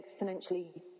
exponentially